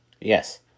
Yes